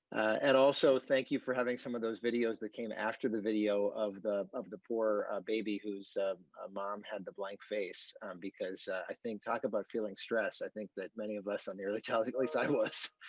and also thank you for having some of those videos that came after the video of the of the four baby whose ah mom had the blank face because i think talk about feeling stress. i think that many of us near the child inside and of so um us.